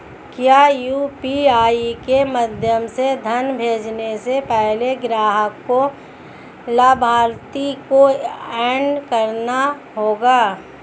क्या यू.पी.आई के माध्यम से धन भेजने से पहले ग्राहक को लाभार्थी को एड करना होगा?